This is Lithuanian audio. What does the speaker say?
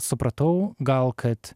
supratau gal kad